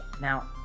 Now